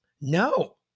No